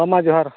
ᱦᱮᱸ ᱢᱟ ᱡᱚᱦᱟᱨ